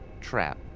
trap